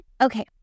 Okay